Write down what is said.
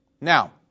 Now